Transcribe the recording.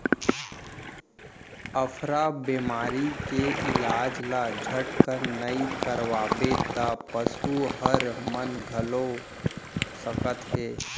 अफरा बेमारी के इलाज ल झटकन नइ करवाबे त पसू हर मन घलौ सकत हे